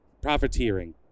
profiteering